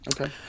Okay